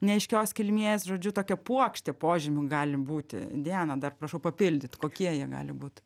neaiškios kilmės žodžiu tokia puokštė požymių gali būti diana dar prašau papildyt kokie jie gali būt